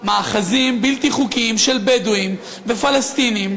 מאחזים בלתי חוקיים של בדואים ופלסטינים,